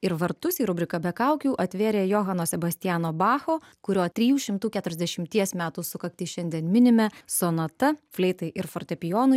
ir vartus į rubriką be kaukių atvėrė johano sebastiano bacho kurio trijų šimtų keturiasdešimties metų sukaktį šiandien minime sonata fleitai ir fortepijonui